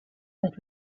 that